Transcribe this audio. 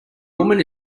woman